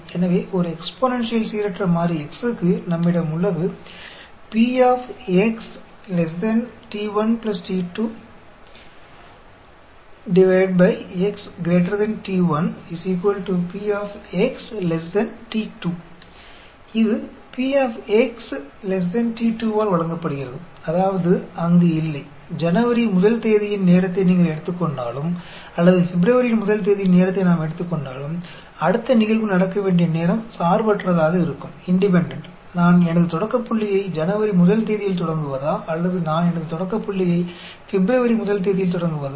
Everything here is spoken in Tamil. எனவே ஒரு எக்ஸ்பொனென்ஷியல் சீரற்ற மாறி X க்கு நம்மிடம் உள்ளது இது P X t 2 ஆல் வழங்கப்படுகிறது அதாவது அங்கு இல்லை ஜனவரி முதல் தேதியின் நேரத்தை நீங்கள் எடுத்துக் கொண்டாலும் அல்லது பிப்ரவரி முதல் தேதியின் நேரத்தை நாம் எடுத்துக் கொண்டாலும் அடுத்த நிகழ்வு நடக்க வேண்டிய நேரம் சார்பற்றதாக இருக்கும் நான் எனது தொடக்கப் புள்ளியை ஜனவரி முதல் தேதியில் தொடங்குவதா அல்லது நான் எனது தொடக்கப் புள்ளியை பிப்ரவரி முதல் தேதியில் தொடங்குவதா